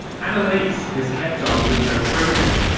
annaleise has kept on with her treatment.